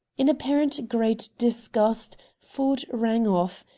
in apparent great disgust ford rang off,